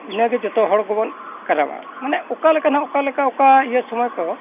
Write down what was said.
ᱤᱱᱟᱹᱜᱮ ᱡᱚᱛᱚ ᱦᱚᱲ ᱜᱮᱵᱚᱱ ᱠᱟᱨᱟᱢᱟ ᱢᱟᱱᱮ ᱚᱠᱟ ᱞᱮᱠᱟ ᱦᱟᱸᱜ ᱚᱠᱟ ᱞᱮᱠᱟ ᱚᱠᱟ ᱤᱭᱟᱹ ᱥᱚᱢᱚᱭ ᱠᱚ